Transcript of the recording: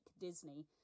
Disney